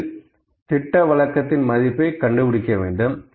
முதலில் திட்டவிலக்கத்தின் மதிப்பை கண்டுபிடிக்க வேண்டும்